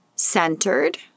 centered